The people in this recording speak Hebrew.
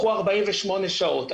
48 שעות,